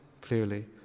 clearly